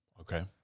Okay